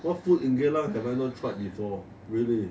what food in geylang have I not tried before really